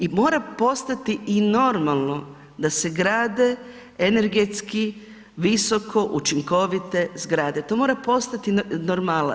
I mora postati i normalno da se grade energetski visoko učinkovite zgrade, to mora postati normala.